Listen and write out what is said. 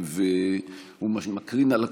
הוא מקרין על הכול,